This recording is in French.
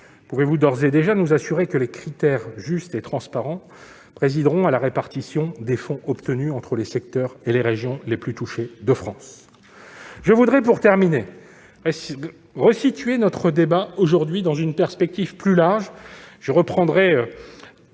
pouvez-vous d'ores et déjà nous assurer que des critères justes et transparents présideront à la répartition des fonds obtenus entre les secteurs et les régions les plus touchés de France ? Je resituerai, pour terminer, notre débat d'aujourd'hui dans une perspective plus large, comme l'a